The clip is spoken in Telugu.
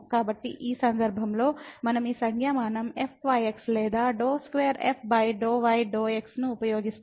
కాబట్టి ఈ సందర్భంలో మనం ఈ సంజ్ఞామానం fyx లేదా ∂2f∂ y ∂ x ను ఉపయోగిస్తాము